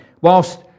whilst